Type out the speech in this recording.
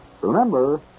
Remember